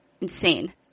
Insane